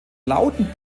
lauten